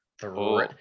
three